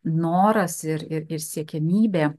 noras ir ir siekiamybė